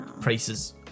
prices